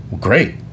Great